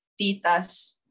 titas